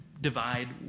divide